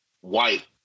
white